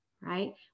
right